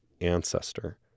ancestor